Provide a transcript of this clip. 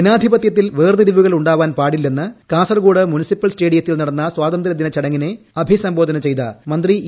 ജനാധിപത്യത്തിൽ വേർതിരിവുകൾ ഉണ്ടാവാൻ പാടില്ലെന്ന് കാസർകോഡ് മുൻസിപ്പൽ സ്റ്റേഡിയത്തിൽ നടന്ന സ്വാതന്ത്ര്യദിന ചടങ്ങിനെ അഭിസംബോധന ചെയ്ത മന്ത്രി ഇ